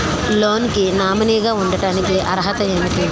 Loan కి nominee గా ఉండటానికి అర్హత ఏమిటి?